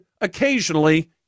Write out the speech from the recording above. occasionally